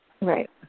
Right